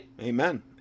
amen